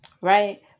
right